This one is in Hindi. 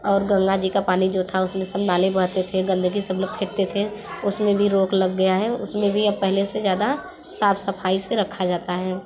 और गंगा जी का पानी जो था उसमें सब नाले बहते थे गंदगी सब लोग फेंकते थे उसमें भी रोक लग गया है उसमें भी अब पहले से ज़्यादा साफ़ सफ़ाई से रखा जाता है